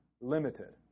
Limited